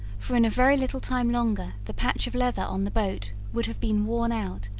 for in a very little time longer the patch of leather on the boat would have been worn out,